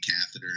catheter